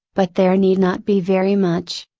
but there need not be very much.